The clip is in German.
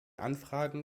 anfrage